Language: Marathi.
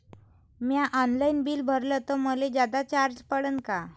म्या ऑनलाईन बिल भरलं तर मले जादा चार्ज पडन का?